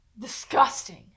disgusting